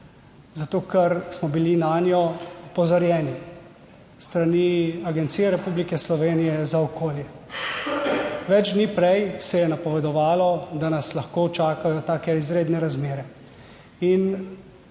zato ker smo bili nanjo opozorjeni s strani Agencije Republike Slovenije za okolje. Več dni prej se je napovedovalo, da nas lahko čakajo take izredne razmere.